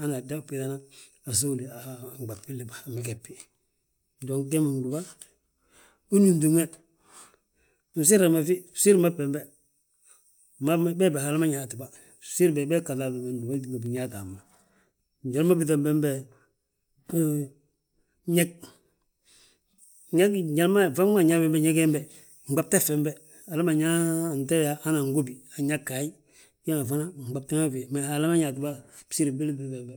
hana dan ubiiŧana asówle a nɓab billi ma ingebi. Dong, gee ma gdúba, wi númtin we, nsirra fi bsiri ma bembe, ma ba bee ma Haala ma ñaati bà. Bsiri be, bee bgaŧi halam ba, wee tinga binyaate hamma. Njali ma ubiiŧa bembe, ho, ñeg, njali ma faŋ ma anyaa bembe ñeg hembe, nɓabte fembe, hala ma anyaa haŋ hana angóbi, anyaa ghaaye. Wee ma fana nɓabte ma fi,. Mee Haala ma ñaati bà bsiri bili ma.